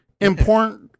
important